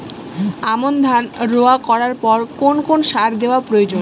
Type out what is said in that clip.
আমন ধান রোয়া করার পর কোন কোন সার দেওয়া প্রয়োজন?